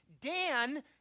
Dan